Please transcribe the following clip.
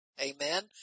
Amen